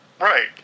Right